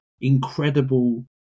incredible